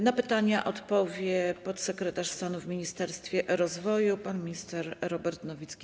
Na pytania odpowie podsekretarz stanu w Ministerstwie Rozwoju pan minister Robert Nowicki.